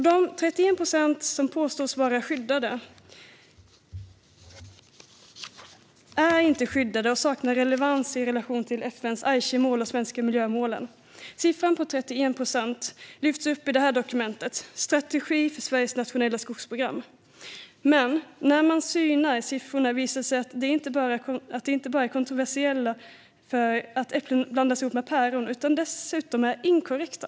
De 31 procent som påstås vara skyddade är inte skyddade och saknar relevans i relation till FN:s Aichimål och de svenska miljömålen. Siffran 31 procent lyfts upp i dokumentet Strategi för Sveriges nationella skogsprogram . Men när man synar siffrorna visar det sig att de inte bara är kontroversiella, eftersom äpplen blandas med päron, utan dessutom inkorrekta.